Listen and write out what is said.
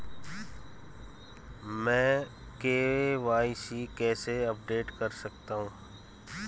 मैं के.वाई.सी कैसे अपडेट कर सकता हूं?